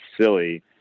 silly